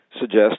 suggest